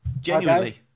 Genuinely